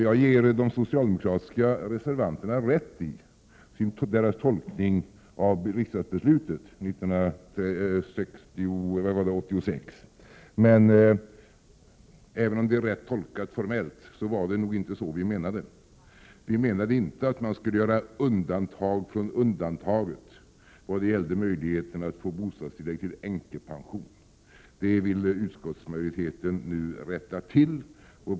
Jag ger de socialdemokratiska reservanterna rätt i deras tolkning av riksdagsbeslutet från 1986. Men även om det är rätt tolkat formellt var det nog inte så vi menade. Vi avsåg inte att man skulle göra undantag från undantaget när det gällde möjligheten att få bostadstillägg till änkepension. Detta vill utskottsmajoriteten nu rätta till.